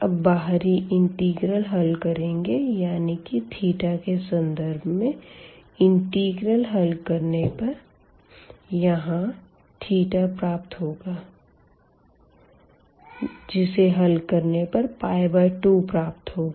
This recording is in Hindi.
अब बाहरी इंटीग्रल हल करेंगे यानी कि के संदर्भ में इंटीग्रल हल करने पर यहाँ प्राप्त होगा जिसे हल करने पर 2 प्राप्त होगा